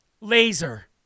laser